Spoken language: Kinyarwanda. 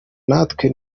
natwe